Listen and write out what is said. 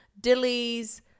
dillies